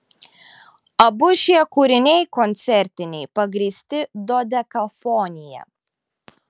abu šie kūriniai koncertiniai pagrįsti dodekafonija